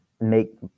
make